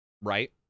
Right